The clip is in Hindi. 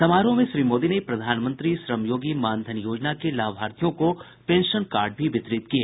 समारोह में श्री मोदी ने प्रधानमंत्री श्रमयोगी मानधन योजना के लाभार्थियों को पेंशन कार्ड भी वितरित किए